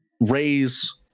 raise